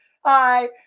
hi